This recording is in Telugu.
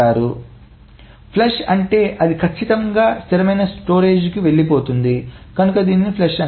కాబట్టి ఫ్లష్ అంటే అది ఖచ్చితంగా స్థిరమైన స్టోరేజీకి వెళ్లిపోతుంది కనుక దీనిని ఫ్లష్ అంటారు